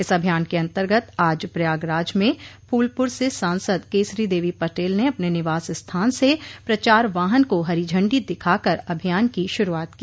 इस अभियान के अन्तर्गत आज प्रयागराज में फूलपुर से सांसद केसरीदेवी पटेल ने अपने निवास स्थान से प्रचार वाहन को हरी झंडी दिखाकर अभियान की शुरूआत की